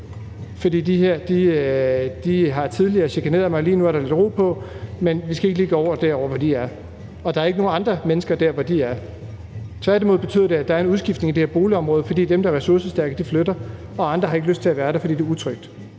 for de her har tidligere chikaneret mig. Lige nu er der lidt ro på, men vi skal ikke lige gå derover, hvor de er. Og der er ikke nogen andre mennesker der, hvor de er. Tværtimod betyder det, at der er en udskiftning i det her boligområde, fordi dem, der er ressourcestærke, flytter, og andre har ikke lyst til at være der, fordi det er utrygt.